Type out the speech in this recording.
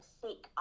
seek